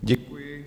Děkuji.